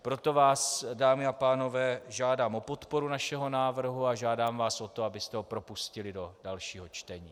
Proto vás, dámy a pánové, žádám o podporu našeho návrhu a žádám vás o to, abyste ho propustili do dalšího čtení.